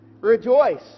Rejoice